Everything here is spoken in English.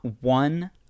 one